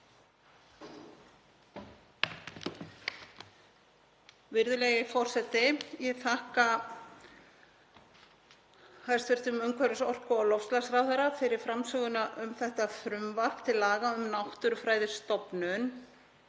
Virðulegi forseti. Ég þakka hæstv. umhverfis-, orku- og loftslagsráðherra fyrir framsöguna um þetta frumvarp til laga um Náttúrufræðistofnun.